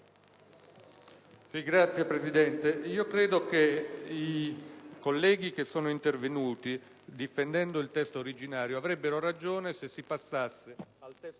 Signor Presidente, credo che i colleghi che sono intervenuti difendendo il testo originario avrebbero ragione se si passasse al testo opposto,